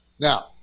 Now